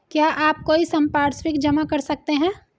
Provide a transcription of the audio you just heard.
क्या आप कोई संपार्श्विक जमा कर सकते हैं?